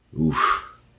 Oof